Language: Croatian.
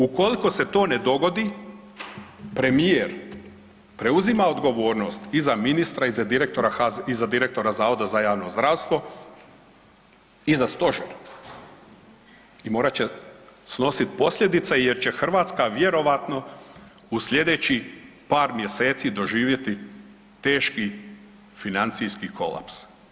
Ukoliko se to ne dogodi, premijer preuzima odgovornost i za ministra, i za direktora Zavoda za javno zdravstvo i za stožer i morat će snositi posljedice jer će Hrvatska vjerojatno u sljedećih par mjeseci doživjeti teški financijski kolaps.